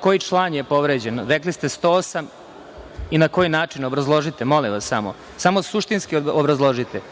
koji član je povređen? Rekli ste 108. Na koji način, obrazložite, molim vas. Izvolite.